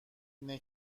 اینه